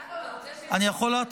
גלעד, אתה רוצה, אני יכול להתחיל?